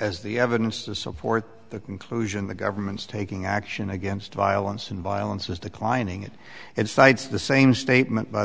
as the evidence to support the conclusion the government is taking action against violence and violence is declining it and cites the same statement by the